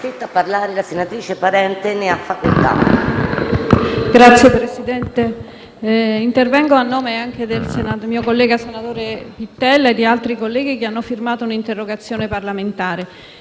Signor Presidente, intervengo a nome anche del mio collega, senatore Pittella, e di altri colleghi che hanno firmato l'interrogazione parlamentare